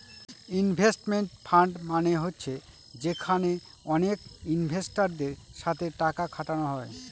investment fund মানে হচ্ছে যেখানে অনেক ইনভেস্টারদের সাথে টাকা খাটানো হয়